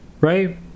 Right